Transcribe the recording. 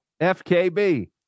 FKB